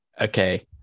okay